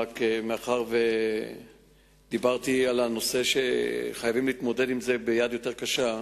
מאחר שדיברתי על נושא שחייבים להתמודד אתו ביד יותר קשה.